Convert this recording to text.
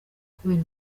kubera